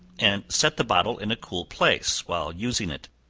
and set the bottle in a cool place while using it.